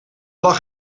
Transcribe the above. lag